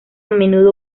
menudo